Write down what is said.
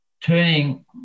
turning